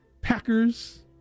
Packers